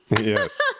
Yes